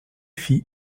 fit